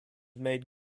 made